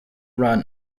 run